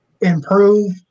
improve